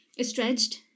stretched